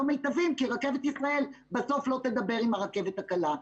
מיטביים כי רכבת ישראל בסוף לא תדבר עם הרכבת הקלה,